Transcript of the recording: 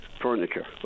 furniture